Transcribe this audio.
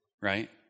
Right